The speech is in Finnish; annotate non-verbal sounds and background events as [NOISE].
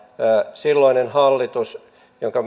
silloinen hallitus jonka [UNINTELLIGIBLE]